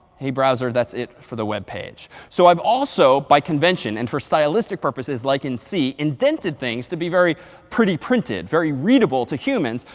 hey browser, that's it for the web page. so i've also by convention and for stylistic purposes like in c indented things to be very pretty printed, very readable to humans.